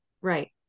Right